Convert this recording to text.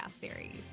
Series